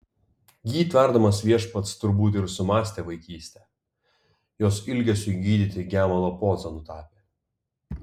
jį tverdamas viešpats turbūt ir sumąstė vaikystę jos ilgesiui gydyti gemalo pozą nutapė